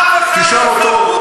אבל אף שר, תשאל אותו.